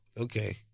Okay